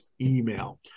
email